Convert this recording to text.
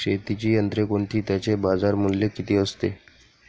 शेतीची यंत्रे कोणती? त्याचे बाजारमूल्य किती असते?